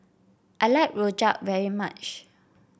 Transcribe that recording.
I like Rojak very much